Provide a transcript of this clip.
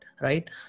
right